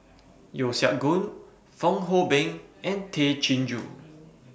Yeo Siak Goon Fong Hoe Beng and Tay Chin Joo